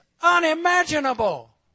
unimaginable